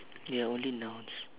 ya only nouns